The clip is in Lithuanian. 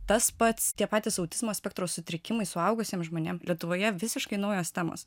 tas pats tie patys autizmo spektro sutrikimai suaugusiem žmonėm lietuvoje visiškai naujos temos